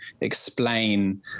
explain